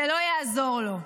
זה לא יעזור לו.